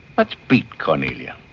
let's beat kornelia,